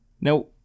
Now